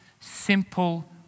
simple